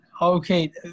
Okay